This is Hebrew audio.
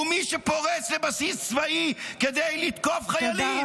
הוא מי שפורץ לבסיס צבאי כדי לתקוף חיילים.